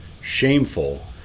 shameful